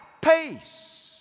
pace